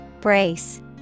Brace